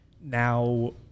now